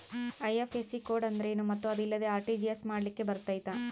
IFSC code ಅಂದ್ರೇನು ಮತ್ತು ಅದಿಲ್ಲದೆ ಆರ್.ಟಿ.ಜಿ.ಎಸ್ ಮಾಡ್ಲಿಕ್ಕೆ ಬರ್ತೈತಾ?